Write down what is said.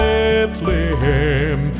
Bethlehem